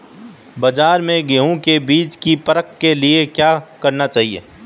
बाज़ार में गेहूँ के बीज की परख के लिए क्या करना चाहिए?